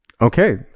Okay